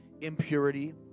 impurity